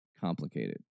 complicated